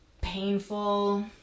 painful